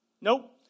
Nope